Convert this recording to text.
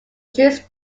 trees